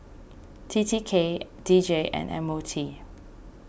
T T K D J and M O T